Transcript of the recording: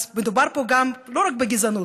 אז מדובר פה לא רק בגזענות,